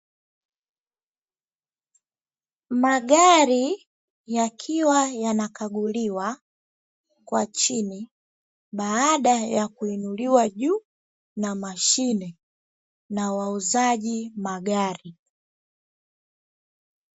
Magari yakiwa yanakaguliwa kwa chini baada ya kuinuliwa juu na mashine na wauzaji magari.